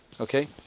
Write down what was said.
Okay